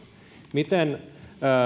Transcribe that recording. miten